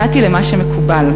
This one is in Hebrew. נכנעתי למה שמקובל.